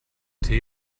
tee